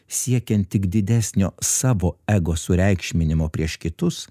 siekiant tik didesnio savo ego sureikšminimo prieš kitus